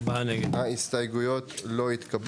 הצבעה בעד 3 נגד 4 ההסתייגויות לא התקבלו.